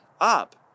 up